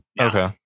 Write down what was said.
Okay